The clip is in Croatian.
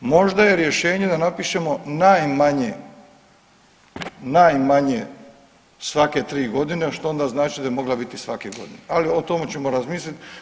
Možda je rješenje da napišemo najmanje, najmanje svake 3 godine što onda znači da bi mogla biti svake godine, ali o tome ćemo razmisliti.